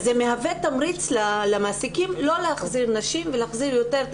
זה מהווה תמריץ למעסיקים לא להחזיר נשים ולהחזיר יותר את